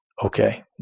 okay